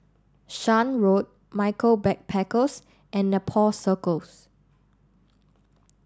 Shan Road Michaels Backpackers and Nepal Circus